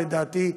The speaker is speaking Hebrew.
לדעתי,